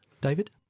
David